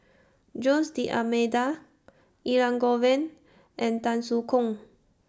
Jose D'almeida Elangovan and Tan Soo Khoon